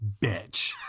bitch